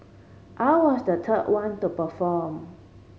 I was the third one to perform